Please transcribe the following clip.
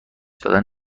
دادن